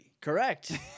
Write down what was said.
Correct